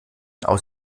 aus